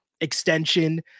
extension